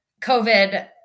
COVID